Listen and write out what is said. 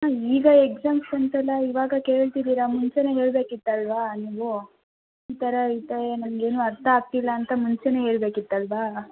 ಹಾಂ ಈಗ ಎಕ್ಸಾಮ್ಸ್ ಬಂತಲ್ಲ ಇವಾಗ ಕೇಳ್ತಿದ್ದೀರಾ ಮುಂಚೆನೇ ಹೇಳಬೇಕಿತ್ತಲ್ವಾ ನೀವು ಈ ಥರ ಈ ಥರ ನಂಗೇನು ಅರ್ಥ ಆಗ್ತಾ ಇಲ್ಲ ಅಂತ ಮುಂಚೆನೇ ಹೇಳಬೇಕಿತ್ತಲ್ವಾ